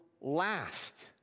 last